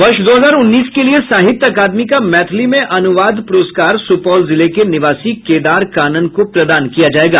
वर्ष दो हजार उन्नीस के लिये साहित्य अकादमी का मैथिली में अनुवाद प्रस्कार सुपौल जिले के निवासी केदार कानन को प्रदान किया जायेगा